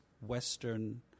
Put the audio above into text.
Western